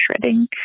shredding